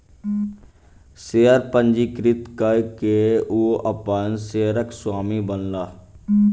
share पंजीकृत कय के ओ अपन शेयरक स्वामी बनला